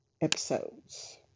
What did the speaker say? episodes